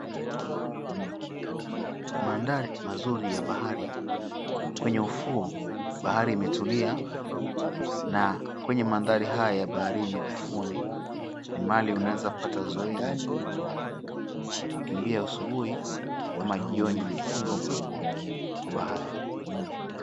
Maandari mazuri ya bahari, kwenye ufuo bahari imetulia na kwenye mandhari haya baharini ni mahali unaweza pata zoezi. Kukimbia asubuhi ama jioni ili kupunga upepo wa baharini .